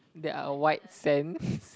that are white sand